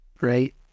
right